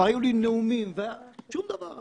וכבר היו לי נאומים ושום דבר.